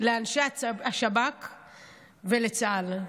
לאנשי השב"כ ולצה"ל,